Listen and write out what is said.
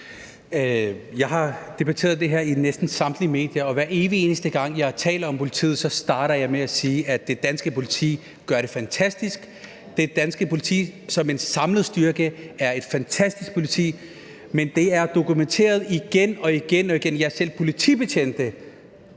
Jeg har debatteret det her i næsten samtlige medier, og hver evig eneste gang jeg taler om politiet, starter jeg med at sige, at det danske politi gør det fantastisk. Det danske politi som en samlet styrke er et fantastisk politi, men det er dokumenteret igen og igen – og ja, selv en politibetjent